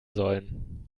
sollen